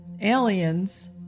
aliens